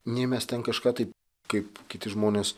nei mes ten kažką tai kaip kiti žmonės